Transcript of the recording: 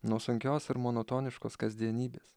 nuo sunkios ir monotoniškos kasdienybės